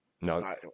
no